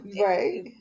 right